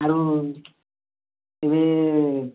ଆରୁ ଇନ୍ହେ